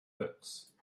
moeurs